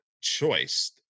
choice